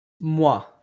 Moi